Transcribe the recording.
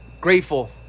grateful